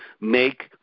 make